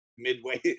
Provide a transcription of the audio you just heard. midway